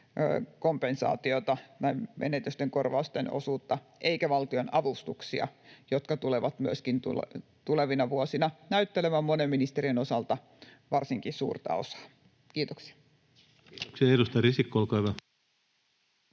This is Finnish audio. verotulokompensaatiota, menetysten korvausten osuutta, eikä valtion avustuksia, jotka tulevat myöskin tulevina vuosina näyttelemään varsinkin monen ministeriön osalta suurta osaa. — Kiitoksia. [Speech 194] Speaker: